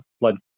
blood